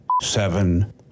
seven